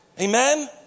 Amen